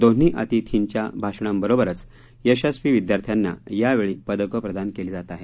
दोन्ही अतिथींच्या भाषणाबरोबरच यशस्वी विद्यार्थ्यांना यावेळी पदकं प्रदान केली जात आहेत